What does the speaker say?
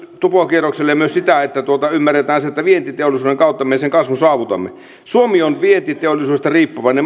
tupokierrokselle myös sitä että ymmärretään se että vientiteollisuuden kautta me sen kasvun saavutamme suomi on vientiteollisuudesta riippuvainen